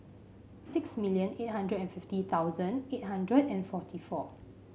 six million eight hundred and fifty thousand eight hundred and forty four